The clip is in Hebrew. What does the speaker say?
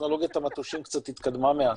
טכנולוגיית המטושים קצת התקדמה מאז.